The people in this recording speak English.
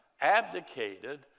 abdicated